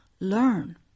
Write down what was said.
Learn